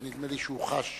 אבל נדמה לי שהוא חש,